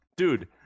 Dude